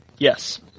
Yes